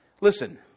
listen